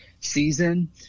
season